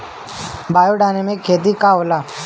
Biodynamic खेती का होला?